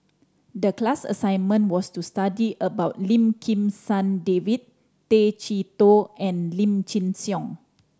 the class assignment was to study about Lim Kim San David Tay Chee Toh and Lim Chin Siong